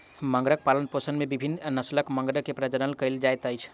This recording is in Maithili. मगरक पालनपोषण में विभिन्न नस्लक मगर के प्रजनन कयल जाइत अछि